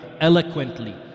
eloquently